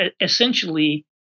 essentially